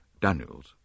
Daniels